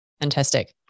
Fantastic